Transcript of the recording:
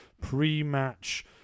pre-match